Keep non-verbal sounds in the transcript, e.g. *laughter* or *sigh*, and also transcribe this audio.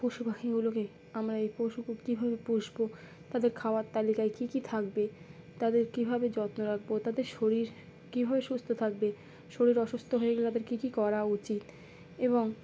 পশুপাখিগুলোকে আমরা এই পশু *unintelligible* কীভাবে পুষব তাদের খাওয়ার তালিকায় কী কী থাকবে তাদের কীভাবে যত্নে রাখব তাদের শরীর কীভাবে সুস্থ থাকবে শরীর অসুস্থ হয়ে গেলে তাদের কী কী করা উচিত এবং